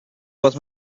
was